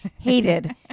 hated